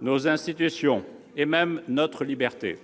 nos institutions et même notre liberté.